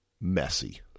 messy